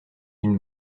une